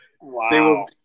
Wow